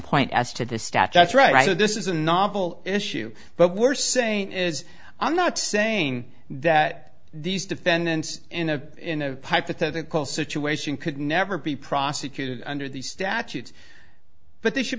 point as to the statutes right so this is a novel issue but we're saying is i'm not saying that these defendants in a in a hypothetical situation could never be prosecuted under these statutes but they should